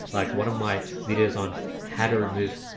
like one of my videos on header with?